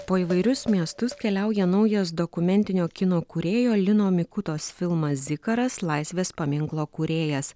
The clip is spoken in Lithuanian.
po įvairius miestus keliauja naujas dokumentinio kino kūrėjo lino mikutos filmas zikaras laisvės paminklo kūrėjas